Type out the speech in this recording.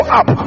up